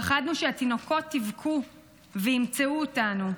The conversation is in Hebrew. פחדנו שהתינוקות יבכו וימצאו אותנו.